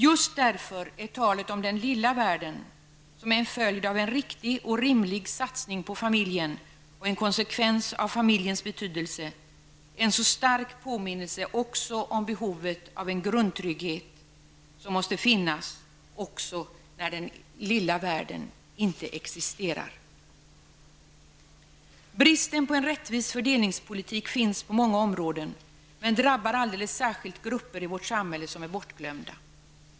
Just därför är talet om den lilla världen, som är en följd av en riktig och rimlig satsning på familjen och en konsekvens av familjens betydelse, en så stark påminnelse också om behovet av en grundtrygghet, som måste finnas även när den lilla världen inte existerar. Bristen på en rättvis fördelningspolitik finns på många områden, men den drabbar alldeles särskilt grupper i vårt samhälle som är bortglömda.